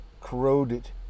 corroded